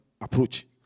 approach